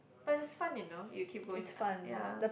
but is fun you know you keep going uh ya